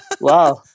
Wow